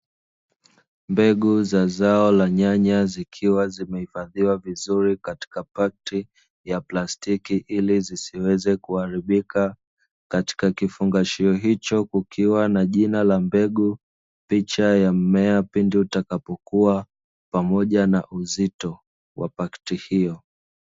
Mbegu za zao la nyanya, zikiwa zimehifadhiwa vizuri katika pakiti ya plastiki, ilizisiweze kuharibika. Katika kifungashio hicho, kukiwa na jina la mbegu, picha ya mimea pindi itakapokua, pamoja na uzito wa pakiti hiyo.